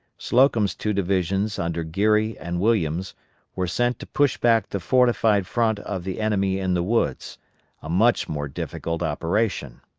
slocum's two divisions under geary and williams were sent to push back the fortified front of the enemy in the woods a much more difficult operation.